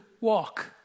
walk